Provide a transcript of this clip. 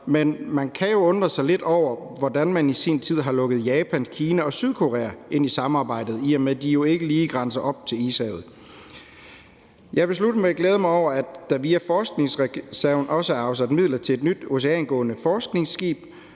men man kan jo undre sig lidt over, hvorfor man i sin tid har lukket Japan, Kina og Sydkorea ind i samarbejdet, i og med de jo ikke lige grænser op til i Ishavet. Jeg vil slutte med at glæde mig over, at der via forskningsreserven også er afsat midler til et nyt oceangående forskningsskib,